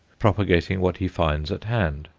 propagating what he finds at hand,